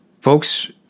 folks